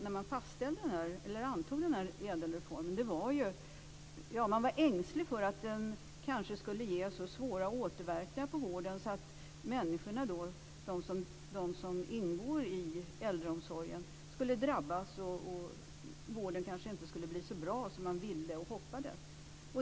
När man antog ädelreformen var man ängslig för att den skulle ge så svåra återverkningar på vården att de människor som ingår i äldreomsorgen skulle drabbas. Vården skulle kanske inte bli så bra som man ville och hoppades.